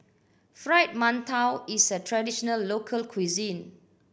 Fried Mantou is a traditional local cuisine